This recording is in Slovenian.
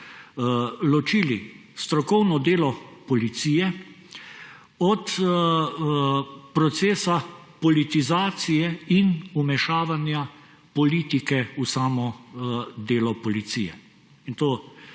ločili strokovno delo policije od procesa politizacije in vmešavanja politike v samo delo policije, in to